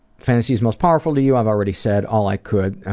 fantasies most powerful to you? i've already said all i could,